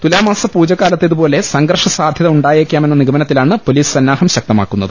തുലാംമാസ പൂജ ക്കാലത്തെതുപോലെ സംഘർഷ സാധ്യത ഉണ്ടായേക്കാമെന്ന നിഗ മനത്തിലാണ് പൊലീസ് സന്നാഹം ശക്തമാക്കുന്നത്